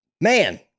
man